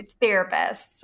therapists